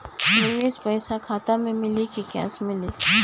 निवेश पइसा खाता में मिली कि कैश मिली?